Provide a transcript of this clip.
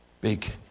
Big